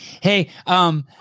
Hey